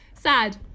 sad